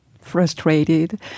frustrated